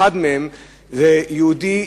אחד מהם זה יהודי,